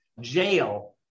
jail